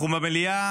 אנחנו במליאה